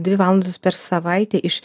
dvi valandos per savaitę iš